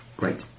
great